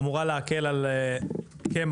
אמורה להקל על קמח,